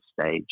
stage